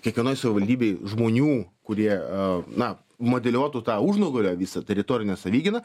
kiekvienoj savivaldybėj žmonių kurie a na modeliuotų tą užnugario visą teritorinę savigyną